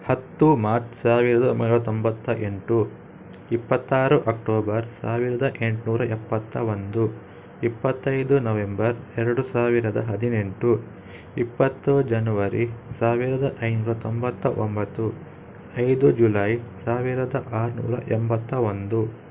ಹತ್ತು ಮಾರ್ಚ್ ಸಾವಿರದ ಒಂಬೈನೂರ ತೊಂಬತ್ತ ಎಂಟು ಇಪ್ಪತ್ತಾರು ಅಕ್ಟೋಬರ್ ಸಾವಿರದ ಎಂಟುನೂರ ಎಪ್ಪತ್ತ ಒಂದು ಇಪ್ಪತ್ತೈದು ನವೆಂಬರ್ ಎರಡು ಸಾವಿರದ ಹದಿನೆಂಟು ಇಪ್ಪತ್ತು ಜನವರಿ ಸಾವಿರದ ಐನೂರ ತೊಂಬತ್ತ ಒಂಬತ್ತು ಐದು ಜುಲೈ ಸಾವಿರದ ಆರುನೂರ ಎಂಬತ್ತ ಒಂದು